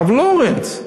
הרב לורינץ,